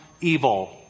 evil